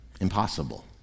Impossible